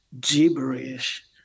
gibberish